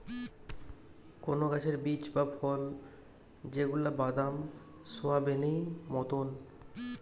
কোন গাছের বীজ বা ফল যেগুলা বাদাম, সোয়াবেনেই মতোন